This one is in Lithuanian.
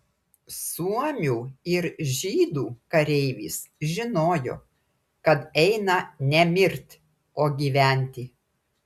suomių ir žydų kareivis žinojo kad eina ne mirt o gyventi